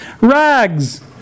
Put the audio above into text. Rags